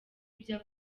ibyo